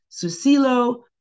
Susilo